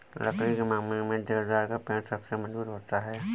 लकड़ी के मामले में देवदार का पेड़ सबसे मज़बूत होता है